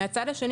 מהצד השני,